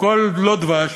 הכול לא דבש